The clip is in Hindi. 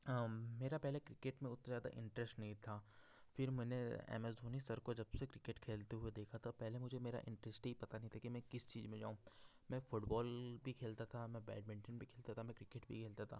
हाँ मेरा पहले क्रिकेट में उतना ज़्यादा इंटरेस्ट नहीं था फिर मैंने एम एस धोनी सर को जबसे क्रिकेट खेलते हुए देखा था पहले मुझे मेरा इन्टेस्ट ही पता नहीं था कि मैं किस चीज़ में जाऊँ मैं फुटबॉल भी खेलता था मैं बैडमिंटन भी खेलता था मैं क्रिकेट भी खेलता था